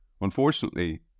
Unfortunately